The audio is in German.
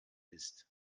ist